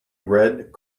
red